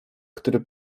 który